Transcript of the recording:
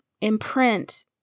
imprint